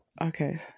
okay